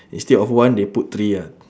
instead of one they put three ah